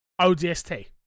ODST